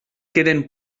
queden